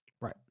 Right